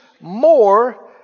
more